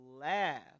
laugh